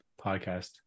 podcast